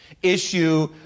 issue